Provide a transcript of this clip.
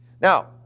Now